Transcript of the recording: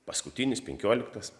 paskutinis penkioliktas